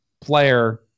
player